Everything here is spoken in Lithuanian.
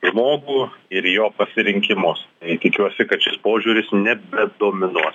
žmogų ir į jo pasirinkimus tikiuosi kad šis požiūris nebedominuos